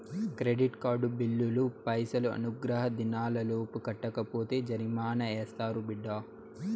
credit card బిల్లులు పైసలు అనుగ్రహ దినాలలోపు కట్టకపోతే జరిమానా యాస్తారు బిడ్డా